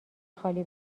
خالی